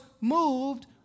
moved